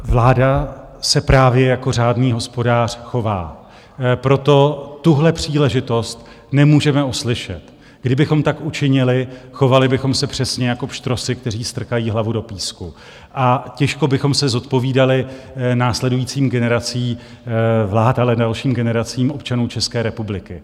Vláda se právě jako řádný hospodář chová, proto tuhle příležitost nemůžeme oslyšet kdybychom tak učinili, chovali bychom se přesně jako pštrosi, kteří strkají hlavu do písku, a těžko bychom se zodpovídali následujícím generacím vlád, ale i dalším generacím občanů České republiky.